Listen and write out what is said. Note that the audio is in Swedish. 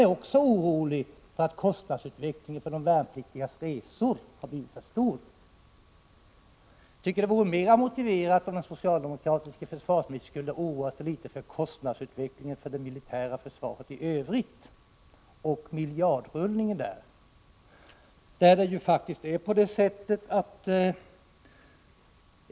Också han är orolig över detta. Jag tycker det vore mera motiverat att den socialdemokratiske försvarsministern oroade sig litet för kostnadsutvecklingen för det militära försvaret i övrigt och för den miljardrullning det där är fråga om.